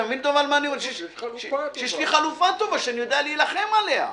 שיש לי חלופה טובה, שאני יודע להילחם עליה.